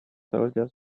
soldiers